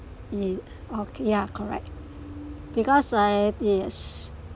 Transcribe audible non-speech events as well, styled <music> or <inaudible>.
<noise> okay ya correct because I yes